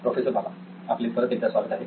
professor Bala आपले परत एकदा स्वागत आहे